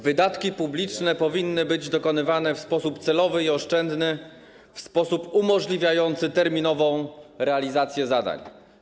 Wydatki publiczne powinny być dokonywane w sposób celowy i oszczędny, w sposób umożliwiający terminową realizację zadań.